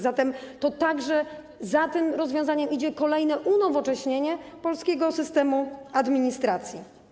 Zatem także za tym rozwiązaniem idzie kolejne unowocześnienie polskiego systemu administracji.